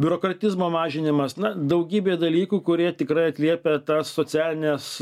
biurokratizmo mažinimas na daugybė dalykų kurie tikrai atliepia tas socialines